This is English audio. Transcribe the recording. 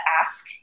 ask